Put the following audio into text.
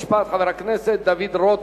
חוק ומשפט, חבר הכנסת דוד רותם.